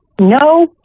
No